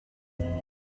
werk